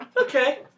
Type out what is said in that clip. Okay